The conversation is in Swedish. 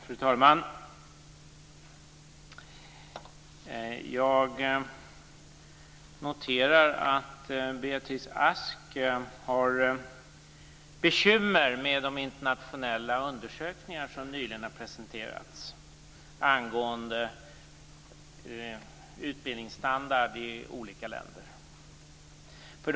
Fru talman! Jag noterar att Beatrice Ask har bekymmer med de internationella undersökningar som nyligen har presenterats angående utbildningsstandard i olika länder.